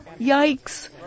Yikes